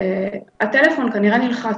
הטלפון כנראה נלחץ.